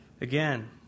Again